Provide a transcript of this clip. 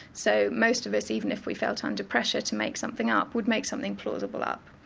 so most of us, even if we felt under pressure to make something up, would make something plausible up.